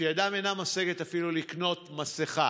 שידם אינה משגת אפילו לקנות מסכה,